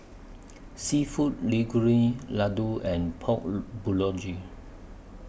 Seafood Linguine Ladoo and Pork Bulgogi